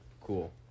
cool